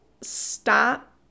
stop